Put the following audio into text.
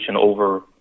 over